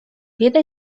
jednej